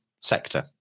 sector